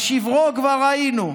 בשברו כבר היינו,